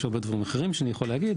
יש הרבה דברים אחרים שאני יכול להגיד,